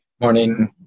Morning